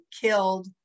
killed